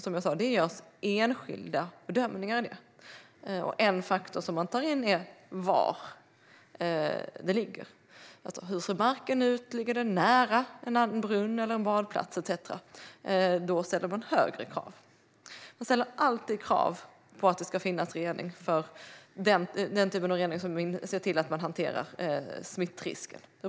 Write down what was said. Som jag sa görs det enskilda bedömningar av detta. En faktor som man tar in är var anläggningen finns. Hur ser marken ut? Ligger anläggningen nära en brunn eller en badplats etcetera? Då ställer man högre krav. Man ställer alltid krav på att den typ av rening som ser till att smittrisken hanteras ska finnas.